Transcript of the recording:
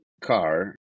car